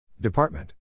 Department